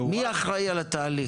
מעורב ו --- מי אחראי על התהליך?